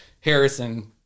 Harrison